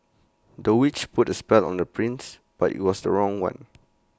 the witch put A spell on the prince but IT was the wrong one